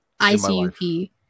ICUP